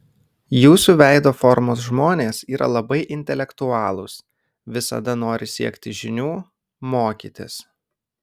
jūsų veido formos žmonės yra labai intelektualūs visada nori siekti žinių mokytis